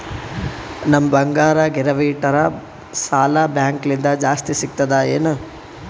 ನಮ್ ಬಂಗಾರ ಗಿರವಿ ಇಟ್ಟರ ಸಾಲ ಬ್ಯಾಂಕ ಲಿಂದ ಜಾಸ್ತಿ ಸಿಗ್ತದಾ ಏನ್?